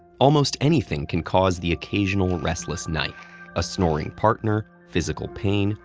almost anything can cause the occasional restless night a snoring partner, physical pain,